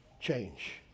change